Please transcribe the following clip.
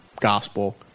gospel